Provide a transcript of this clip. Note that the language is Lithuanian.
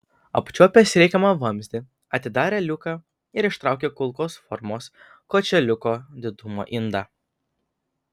apčiuopęs reikiamą vamzdį atidarė liuką ir ištraukė kulkos formos kočėliuko didumo indą